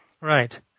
Right